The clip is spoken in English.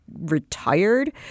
retired